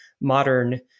modern